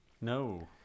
No